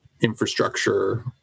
infrastructure